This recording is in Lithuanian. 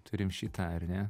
turim šį tą ar ne